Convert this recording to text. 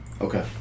Okay